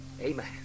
Amen